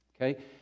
Okay